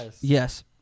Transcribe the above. Yes